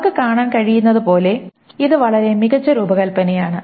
നമുക്ക് കാണാൻ കഴിയുന്നതുപോലെ ഇത് വളരെ മികച്ച രൂപകൽപ്പനയാണ്